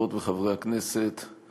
חברות וחברי הכנסת,